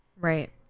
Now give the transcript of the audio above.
Right